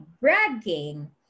bragging